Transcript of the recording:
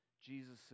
Jesus